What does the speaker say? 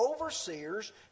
overseers